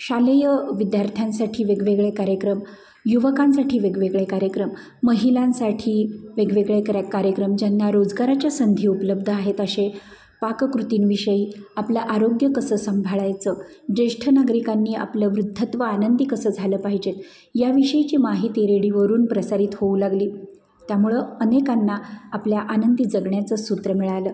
शालेय विद्यार्थ्यांसाठी वेगवेगळे कार्यक्रम युवकांसाठी वेगवेगळे कार्यक्रम महिलांसाठी वेगवेगळे क्रॅ कार्यक्रम ज्यांना रोजगाराच्या संधी उपलब्ध आहेत अशे पाककृतींविषयी आपलं आरोग्य कसं संभाळायचं ज्येष्ठ नागरिकांनी आपलं वृद्धत्व आनंदी कसं झालं पाहिजे या विषयीची माहिती रेडीवरून प्रसारित होऊ लागली त्यामुळं अनेकांना आपल्या आनंदी जगण्याचं सूत्र मिळालं